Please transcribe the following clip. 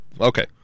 Okay